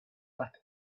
that